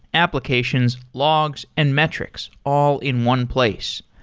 applications, logs and metrics all in one place.